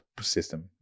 system